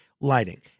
lighting—